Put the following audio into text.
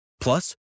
Plus